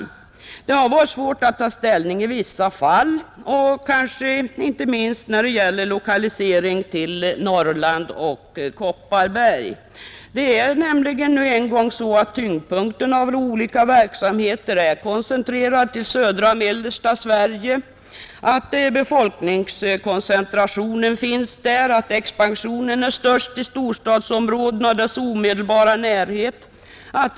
I vissa fall har det varit svårt att ta ställning, kanske inte minst när det gäller lokalisering till Norrland och Kopparbergs län. Det är nämligen en gång så, att tyngdpunkten för olika verksamheter är förlagd till södra och mellersta Sverige, att befolkningskoncentrationen finns där och att expansionen är störst i storstadsområdena och deras omedelbara närhet.